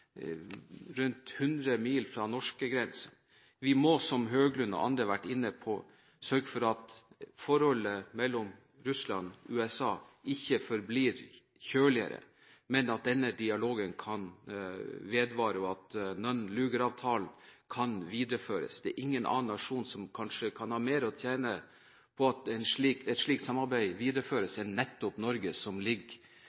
rundt 100 mil fra norskegrensen. Vi må – som Høglund og andre har vært inne på – sørge for at forholdet mellom Russland og USA ikke blir kjøligere, men at denne dialogen kan vedvare og at Nunn-Lugar-avtalen kan videreføres. Det er ingen annen nasjon som kanskje kan ha mer å tjene på at et slikt samarbeid videreføres